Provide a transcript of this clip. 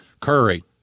Curry